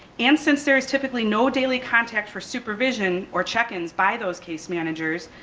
and since there's typically no daily contact for supervision or check-ins by those case managers,